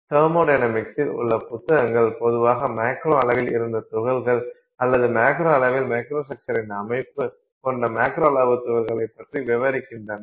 தெர்மொடைனமிக்ஸில் உள்ள புத்தகங்கள் பொதுவாக மேக்ரோ அளவில் இருந்த துகள்கள் அல்லது மேக்ரோ அளவில் மைக்ரோஸ்ட்ரக்சர் அமைப்பு கொண்ட மேக்ரோ அளவு துகள்களைப் பற்றி விவ்ரிக்கின்றன